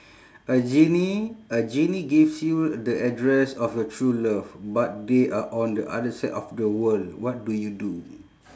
a genie a genie gives you the address of your true love but they are on the other side of the world what do you do